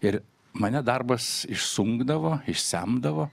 ir mane darbas išsunkdavo išsemdavo